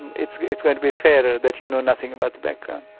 it's going to be fairer that you know nothing about the background.